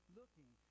looking